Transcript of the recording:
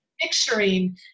picturing